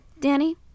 Danny